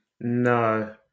No